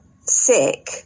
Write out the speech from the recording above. sick